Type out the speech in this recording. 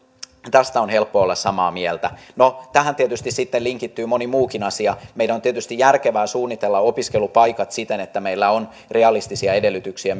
tästä on helppo olla samaa mieltä no tähän tietysti linkittyy moni muukin asia meidän on tietysti järkevää suunnitella opiskelupaikat siten että meillä on realistisia edellytyksiä